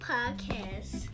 Podcast